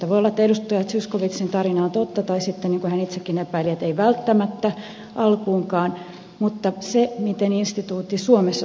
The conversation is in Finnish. voi olla että edustaja zyskowiczin tarina on totta tai sitten niin kuin hän itsekin epäili ei välttämättä alkuunkaan mutta se miten instituutti suomessa syntyi